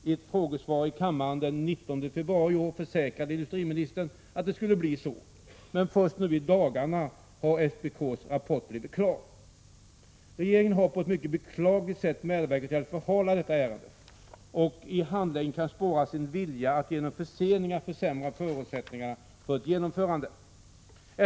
I ett frågesvar i kammaren den 19 februari i år försäkrade industriministern att det skulle bli så, men först i dagarna har SPK:s rapport blivit klar. Regeringen har på ett mycket beklagligt sätt medverkat till att förhala detta ärende, och i handläggningen kan spåras en vilja att genom förseningar försämra förutsättningarna för ett genomförande.